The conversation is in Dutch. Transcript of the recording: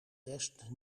rest